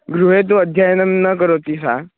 गृहे तु अध्ययनं न करोति सा